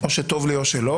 או שטוב לי או שלא,